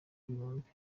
ibihumbi